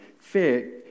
Fear